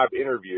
interview